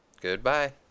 Goodbye